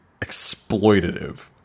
exploitative